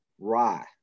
Rye